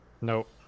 Nope